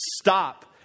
stop